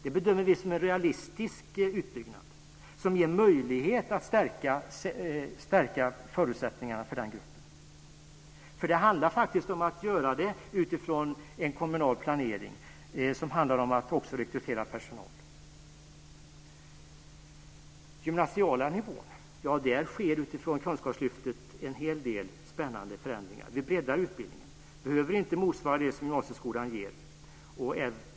Det bedömer vi som en realistisk utbyggnad, som ger möjlighet att stärka förutsättningarna för den gruppen. Det handlar faktiskt om att göra det utifrån en kommunal planering som handlar om att också rekrytera personal. På den gymnasiala nivån sker en hel del spännande förändringar utifrån Kunskapslyftet. Vi breddar utbildningen. Den behöver inte motsvara det som gymnasieskolan ger.